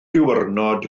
diwrnod